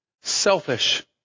selfish